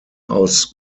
aus